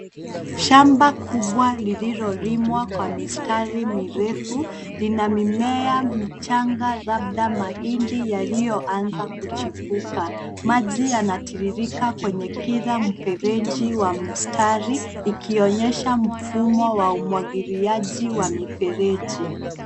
Shamba kubwa lililolimwa kwa mistari mirefu lina mimea michanga labda mahindi yaliyoanza kuchipuka. Maji yanatiririka kwenye kila mfereji wa mistari ikionyesha mfumo wa umwangiliaji wa mifereji.